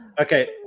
Okay